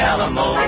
Alamo